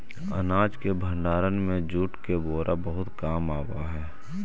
अनाज के भण्डारण में जूट के बोरा बहुत काम आवऽ हइ